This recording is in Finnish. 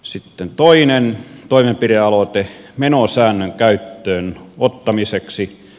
sitten toinen toimenpidealoite menosäännön käyttöön ottamiseksi